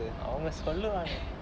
அவங்க சொல்லுவாங்க:avanga solluvaaanga